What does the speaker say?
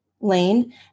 lane